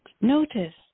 Notice